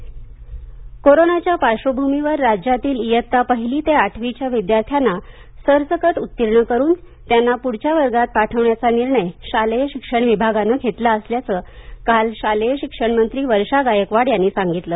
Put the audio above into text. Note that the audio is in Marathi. राज्य उत्तीर्ण कोरोनाच्या पार्श्वभूमीवर राज्यातील इयत्ता पहिली ते आठवीच्या विद्यार्थ्यांना सरसकट उत्तीर्ण करून त्यांना पुढच्या वर्गात पाठवण्याचा निर्णय शालेय शिक्षण विभागानं घेतला असल्याचं काल शालेय शिक्षणमंत्री वर्षा गायकवाड यांनी सांगितलं